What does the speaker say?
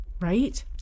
right